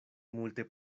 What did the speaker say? multe